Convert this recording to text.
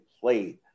played